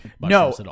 No